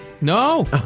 No